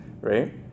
right